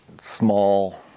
small